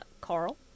Carl